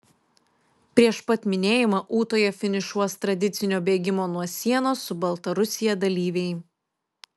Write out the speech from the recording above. prieš pat minėjimą ūtoje finišuos tradicinio bėgimo nuo sienos su baltarusija dalyviai